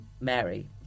Mary